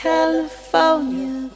California